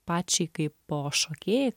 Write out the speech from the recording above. pačiai kaipo šokėjai